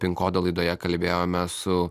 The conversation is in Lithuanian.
pin kodo laidoje kalbėjome su